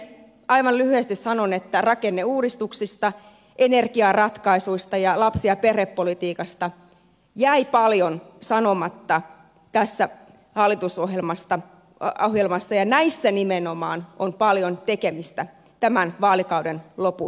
aivan lyhyesti sanon että rakenneuudistuksista energiaratkaisuista ja lapsi ja perhepolitiikasta jäi paljon sanomatta tässä hallitusohjelmassa ja näissä nimenomaan on paljon tekemistä tämän vaalikauden lopun aikana